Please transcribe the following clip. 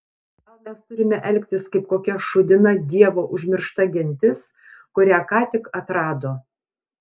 gal mes turime elgtis kaip kokia šūdina dievo užmiršta gentis kurią ką tik atrado